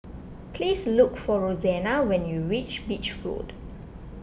please look for Rosanna when you reach Beach Road